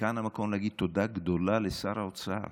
וכאן המקום להגיד תודה גדולה לשר האוצר